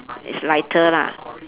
it's lighter lah